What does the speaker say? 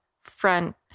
front